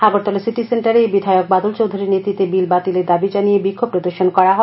Agartala city সেন্টারে বিধায়ক বাদল চৌধুরির নেতৃত্বে বিল বাতিলের দাবি জানিয়ে বিক্ষোভ প্রদর্শন করা হয়